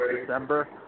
December